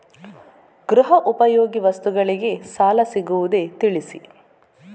ಗೃಹ ಉಪಯೋಗಿ ವಸ್ತುಗಳಿಗೆ ಸಾಲ ಸಿಗುವುದೇ ತಿಳಿಸಿ?